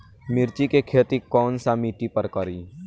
मिर्ची के खेती कौन सा मिट्टी पर करी?